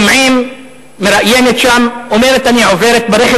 שומעים מראיינת שם אומרת: אני עוברת ברכב